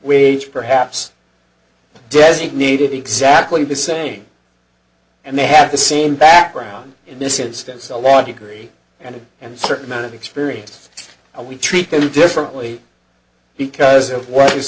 wage perhaps designated exactly the same and they have the same background in this instance a law degree and and certain amount of experience and we treat them differently because